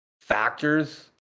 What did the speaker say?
factors